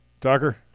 tucker